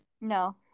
No